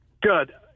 Good